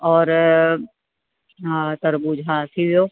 और हा तरबूज हा थी वियो